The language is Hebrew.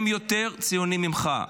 הם יותר ציוניים ממך.